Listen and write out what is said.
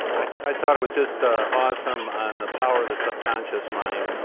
i thought it was just ah awesome on the power of the subconscious mind.